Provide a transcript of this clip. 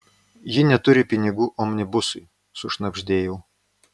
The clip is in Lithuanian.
ji neturi pinigų omnibusui sušnabždėjau